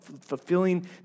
fulfilling